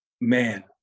man